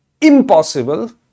impossible